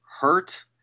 hurt